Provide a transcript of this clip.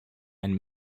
and